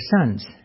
sons